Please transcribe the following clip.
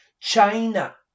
China